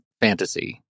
fantasy